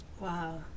Wow